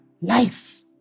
life